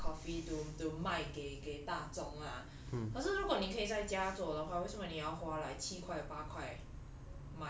的 dalgona coffee to to 卖给给大众 lah 可是如果你可以在家做的话为什么你要花 like 七块八块